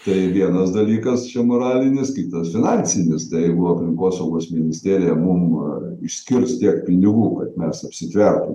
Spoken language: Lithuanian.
tai vienas dalykas moralinis kitas finansinis tai jeigu aplinkosaugos ministerija mum išskirs tiek pinigų kad mes apsitvertume